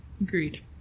Agreed